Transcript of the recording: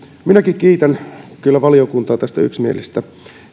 minäkin kiitän kyllä valiokuntaa tästä yksimielisestä